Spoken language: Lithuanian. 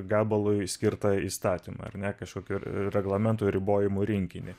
gabalui skirtą įstatymą ar ne kažkokių reglamentų ir ribojimų rinkinį